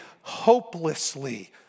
hopelessly